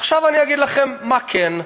עכשיו אני אגיד לכם מה כן,